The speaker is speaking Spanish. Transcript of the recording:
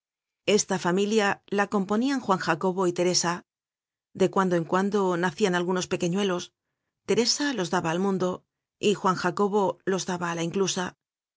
esta familia la componian juan jacobo y teresa de cuando en cuando nacian algunos pequefiuelos teresa los daba al mundo y juan jacobo los daba á la inclusa